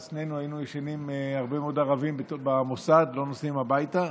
אז שנינו היינו ישנים הרבה מאוד ערבים במוסד ולא נוסעים הביתה,